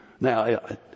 Now